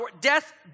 death